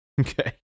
Okay